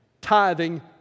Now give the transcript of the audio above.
tithing